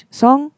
song